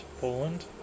Poland